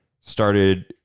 started